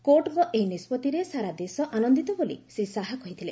କୋର୍ଟଙ୍କ ଏହି ନିଷ୍ପଭିରେ ସାରା ଦେଶ ଆନନ୍ଦିତ ବୋଲି ଶ୍ରୀ ଶାହା କହିଥିଲେ